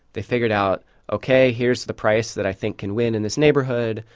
they figured out ok, here's the price that i think can win in this neighborhood.